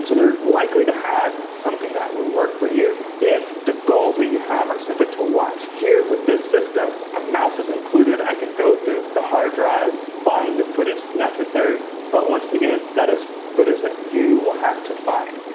so they're likely to have something that would work for you, if the goals that you have are simply to watch. here, with this system, a mouse is included. i can go through the hard drive, find the footage necessary, but once again, that is but footage that you will have to find.